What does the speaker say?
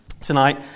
tonight